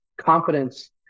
confidence